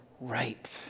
right